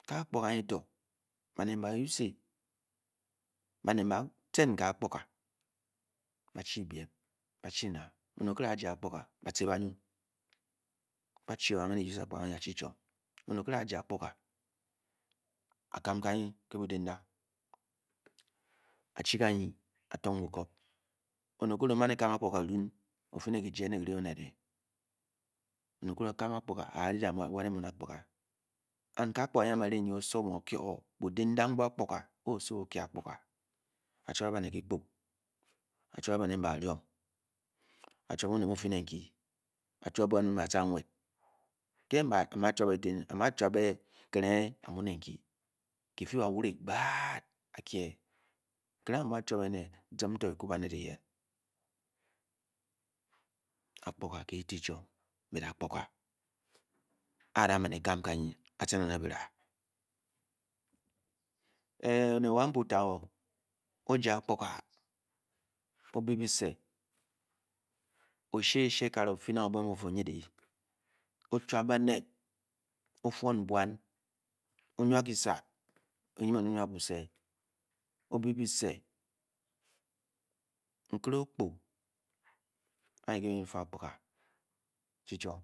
Ke akpuga anyi to, baned ba usê e baned ba teen ke akpuga ba chi biem, ba chi na, oned okîrê aja akpuga baateé ba-nong, ba chi amen ã yes akpuga nnyi a chi-chiom. Oned okîre kam kanyi ké budidam a chi kanyi a tung o bokup oned okîre oman e kam akpuga kirun ofine kiyie ne kireh oned è, oned okîre okam akpuga ari wan emen akpuga n ke akpuga mu-osowor mu kyi o budindam bu akpuga e osowor o kyi yor akpuga chuabe baned dikpo, achuabe baned mbe be ha ruom achuabe oned mu ofi nong ki, achuab bwan mo be ba tca nwet, ken-ba amu-a achuabe eti ene wmura chube kirenghe amu neng ki, kife i, a woreh gbadd akyie, kirenghe amu a chuabe ene 21m to ki-kwi baned eyen, akpuga ke te chiom, bot akpuga a-ada man e kam ayi a-teen o ne birah oned wa mbu iawo o ja akpuga o-be bise oship eshie kagara ofi neng obonghe mu ofu nyidi nv, ochuabe baned, o fuun bwan, o-nwa visad onyin-men o-nwa buse, o-be bise, nkare o-kpo anyi mu meṉ nyid afu akpuga chi chiom.